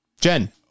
Jen